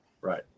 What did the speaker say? Right